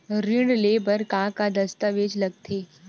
ऋण ले बर का का दस्तावेज लगथे?